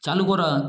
চালু করা